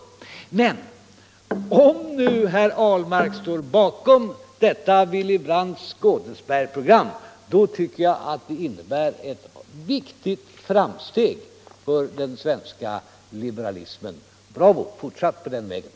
Men om nu herr Ahlmark står bakom detta Willy Brandts Godesbergsprogram, tycker jag att det innebär ett viktigt framsteg för den svenska liberalismen. Bravo! Fortsätt på den vägen!